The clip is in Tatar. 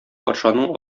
патшаның